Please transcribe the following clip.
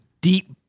deep